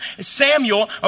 Samuel